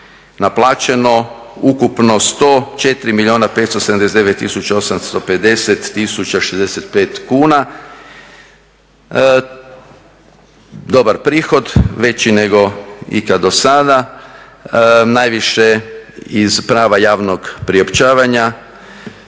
tisuća 850 tisuća 65 kuna, dobar prihod veći nego ikad do sada, najviše iz prava javnog priopćavanja,